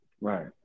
Right